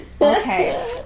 Okay